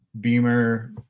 Beamer